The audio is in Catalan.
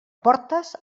portes